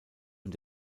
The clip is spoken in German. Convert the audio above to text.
und